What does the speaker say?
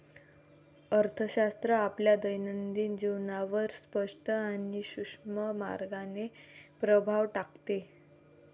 अर्थशास्त्र आपल्या दैनंदिन जीवनावर स्पष्ट आणि सूक्ष्म मार्गाने प्रभाव टाकते